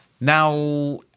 Now